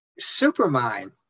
supermind